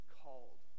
called